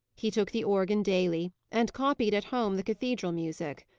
he took the organ daily, and copied, at home, the cathedral music.